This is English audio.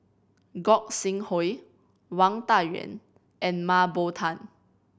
Gog Sing Hooi Wang Dayuan and Mah Bow Tan